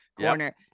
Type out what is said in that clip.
corner